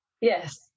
Yes